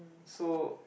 so